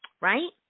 right